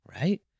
right